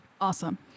Awesome